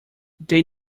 they